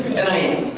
and i am.